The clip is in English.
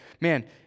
man